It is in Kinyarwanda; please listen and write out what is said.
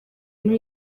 muri